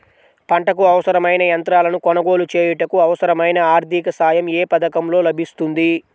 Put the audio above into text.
పంటకు అవసరమైన యంత్రాలను కొనగోలు చేయుటకు, అవసరమైన ఆర్థిక సాయం యే పథకంలో లభిస్తుంది?